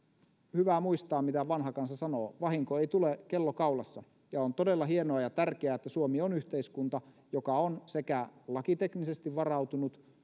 hyvä muistaa mitä vanha kansa sanoo vahinko ei tule kello kaulassa on todella hienoa ja tärkeää että suomi on yhteiskunta joka on sekä lakiteknisesti varautunut